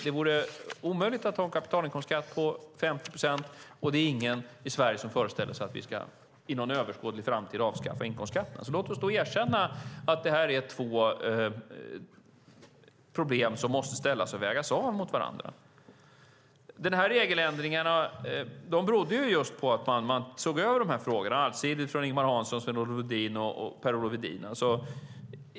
Det vore omöjligt att ha en kapitalinkomstskatt på 50 procent, och det är ingen i Sverige som föreställer sig att vi inom en överskådlig framtid ska avskaffa inkomstskatten. Låt oss erkänna att detta är två problem som måste vägas mot varandra. Regeländringarna berodde just på att man allsidigt såg över de här frågorna. Det var Ingemar Hansson, Sven-Olof Lodin och Per-Olof Edin som gjorde det.